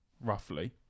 roughly